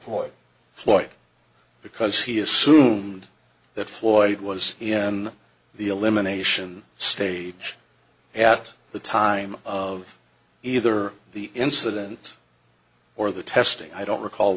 floyd because he assumed that floyd was in the elimination stage at the time of either the incident or the testing i don't recall